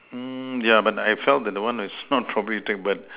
mm yeah but I felt that one is not properly tied but